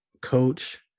coach